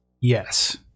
Yes